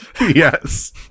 Yes